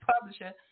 publisher